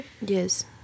Yes